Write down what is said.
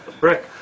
Brick